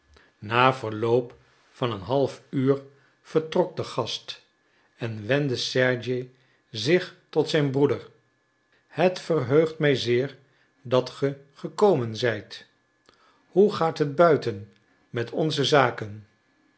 na verloop van een half uur vertrok de gast en wendde sergei zich tot zijn broeder het verheugt mij zeer dat ge gekomen zijt hoe gaat het buiten met onze zaken